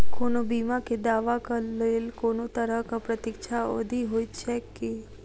कोनो बीमा केँ दावाक लेल कोनों तरहक प्रतीक्षा अवधि होइत छैक की?